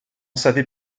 savait